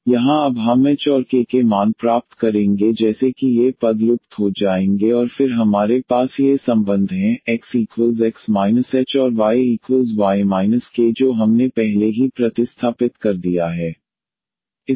तो यहाँ अब हम h और k के मान प्राप्त करेंगे जैसे कि ये पद लुप्त हो जाएंगे और फिर हमारे पास ये संबंध हैं X x h Y y k जो हमने पहले ही प्रतिस्थापित कर दिया है